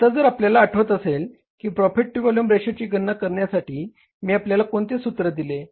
आता जर आपल्याला आठवत असेल की प्रॉफिट टू वोल्युम रेशोची गणना करण्यासाठी मी आपल्याला कोणते सूत्र दिले